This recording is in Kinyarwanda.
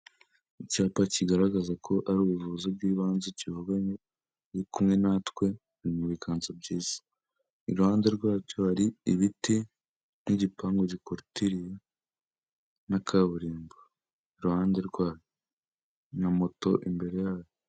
Icyapa kigaragaza ko ari ubuvuzi bw'ibanze kivuga ngo "Iyo uri kumwe natwe uba uri mubinganza byiza", iruhande rwacyo hari ibiti nk'igipangu gikurutiriye na kaburimbo iruhande rwa na moto imbere yayo.